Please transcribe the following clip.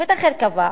שופט אחר קבע: